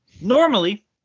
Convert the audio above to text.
Normally